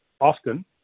often